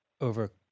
over